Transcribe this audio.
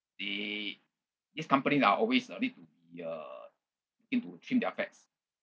the these companies are always uh need to be a need to trim their fats